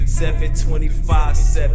725-7